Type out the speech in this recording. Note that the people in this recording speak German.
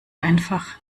einfach